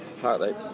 partly